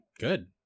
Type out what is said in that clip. good